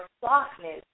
softness